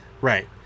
Right